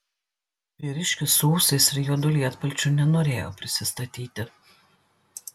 vyriškis su ūsais ir juodu lietpalčiu nenorėjo prisistatyti